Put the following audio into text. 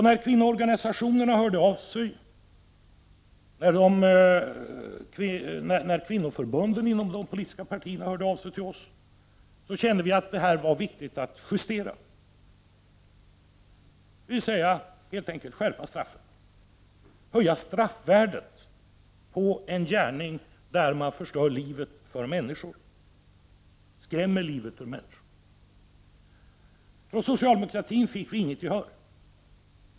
När kvinnoorganisationerna och kvinnoförbunden inom de politiska partierna hörde av sig till oss kände vi att det var viktigt att justera den här lagen, dvs. att höja straffvärdet på en gärning som innebär att man förstör livet för människor eller skrämmer livet ur människor. Från socialdemokraterna har vi inte fått något gehör.